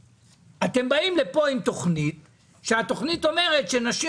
אתם באים לפה עם תכנית שאומרת שחלק מהנשים